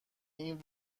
این